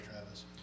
Travis